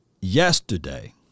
yesterday